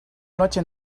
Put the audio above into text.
noche